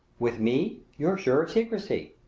with me you're sure of secrecy,